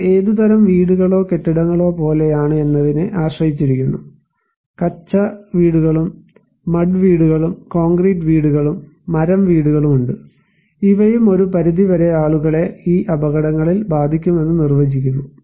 ഇത് ഏതുതരം വീടുകളോ കെട്ടിടങ്ങളോ പോലെയാണ് എന്നതിനെ ആശ്രയിച്ചിരിക്കുന്നു കച്ച വീടുകളും മഡ് വീടുകളും കോൺക്രീറ്റ് വീടുകളും concrete houses മരം വീടുകളും ഉണ്ട് ഇവയും ഒരു പരിധി വരെ ആളുകളെ ഈ അപകടങ്ങളിൽ ബാധിക്കുമെന്ന് നിർവചിക്കുന്നു